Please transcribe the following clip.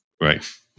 Right